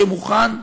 שמוכן,